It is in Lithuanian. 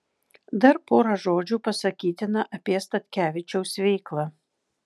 dar pora žodžių pasakytina apie statkevičiaus veiklą